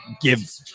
give